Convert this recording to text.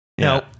No